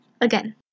Again